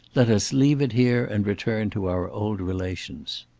let us leave it here and return to our old relations.